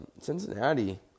cincinnati